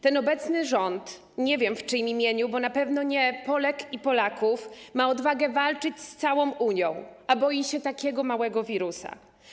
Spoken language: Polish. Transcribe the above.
Ten obecny rząd, nie wiem, w czyim imieniu, bo na pewno nie Polek i Polaków, ma odwagę walczyć z całą Unią, a boi się takiego małego wirusa.